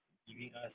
exactly